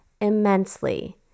immensely